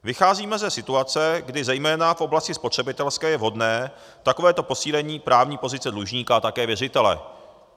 Vycházíme ze situace, kdy zejména v oblasti spotřebitelské je vhodné takovéto posílení právní pozice dlužníka a také věřitele.